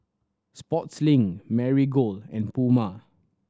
Sportslink Marigold and Puma